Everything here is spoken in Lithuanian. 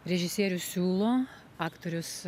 režisierius siūlo aktorius